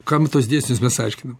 kam tuos dėsnius mes aiškinam